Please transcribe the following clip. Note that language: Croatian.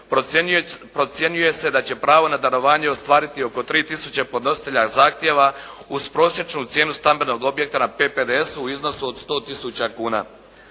procjenjuje se da će pravo na darovanje ostvariti oko 3 tisuće podnositelja zahtjeva uz prosječnu cijenu stambenog objekata na PPDS-u u iznosu od 100 tisuća kuna.